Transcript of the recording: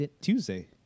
Tuesday